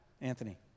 Anthony